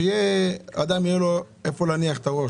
שיהיה אדם יהיה לו איפה להניח את הראש,